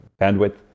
bandwidth